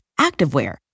activewear